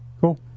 Cool